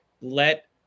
let